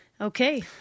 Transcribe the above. Okay